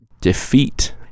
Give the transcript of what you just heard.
defeat